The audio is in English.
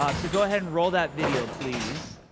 um so go ahead and roll that video, please.